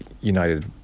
United